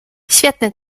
świetny